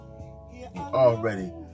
already